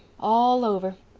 all over.